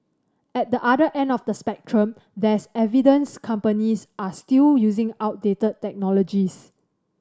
at the other end of the spectrum there's evidence companies are still using outdated technologies